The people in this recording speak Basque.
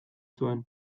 zuen